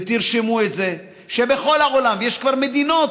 ותרשמו את זה, שבכל העולם, ויש כבר מדינות